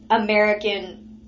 American